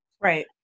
Right